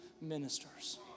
ministers